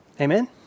Amen